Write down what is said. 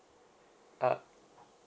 ugh